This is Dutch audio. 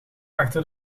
achter